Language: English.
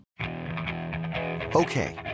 Okay